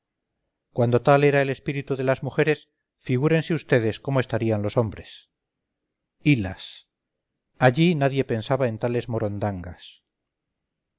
cuando tal era el espíritu de las mujeres figúrense vds cómo estarían los hombres hilas allí nadie pensaba en tales morondangas